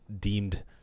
deemed